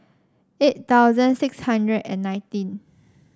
eight thousand six hundred and nineteen